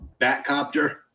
Batcopter